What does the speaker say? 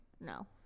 No